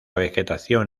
vegetación